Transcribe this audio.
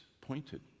pointed